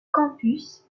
campus